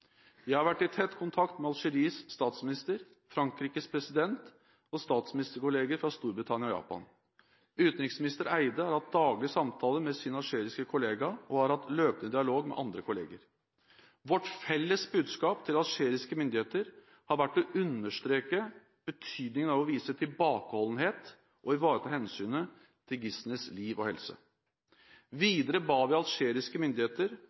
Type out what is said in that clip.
Jeg har vært i tett kontakt med Algeries statsminister, Frankrikes president og statsministerkolleger fra Storbritannia og Japan. Utenriksminister Barth Eide har hatt daglige samtaler med sin algeriske kollega, og har hatt løpende dialog med andre kolleger. Vårt felles budskap til algeriske myndigheter har vært å understreke betydningen av å vise tilbakeholdenhet og ivareta hensynet til gislenes liv og helse. Videre ba vi algeriske myndigheter